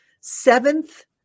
seventh